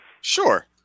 Sure